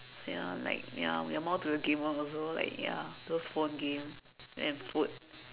ya like ya we are more to the gamer also like ya those phone game and food